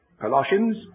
Colossians